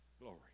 glory